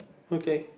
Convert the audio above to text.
okay